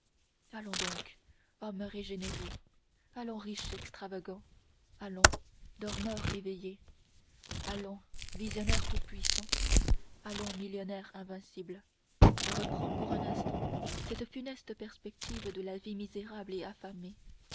allons donc homme régénéré allons riche extravagant allons dormeur éveillé allons visionnaire tout-puissant allons millionnaire invincible reprends pour un instant cette funeste perspective de la vie misérable et affamée